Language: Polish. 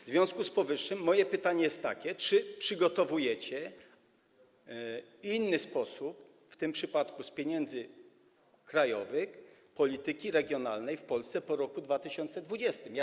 W związku z powyższym moje pytanie jest takie: Czy przygotowujecie inny sposób, w tym przypadku z pieniędzy krajowych, finansowania polityki regionalnej w Polsce po roku 2020?